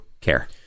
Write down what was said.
care